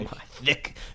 Thick